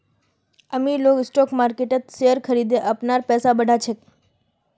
अमीर लोग स्टॉक मार्किटत शेयर खरिदे अपनार पैसा बढ़ा छेक